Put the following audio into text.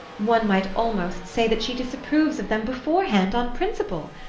one might almost say that she disapproves of them beforehand, on principle.